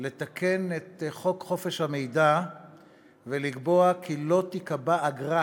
לתקן את חוק חופש המידע ולקבוע שלא תיקבע אגרה